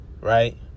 right